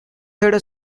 had